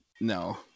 no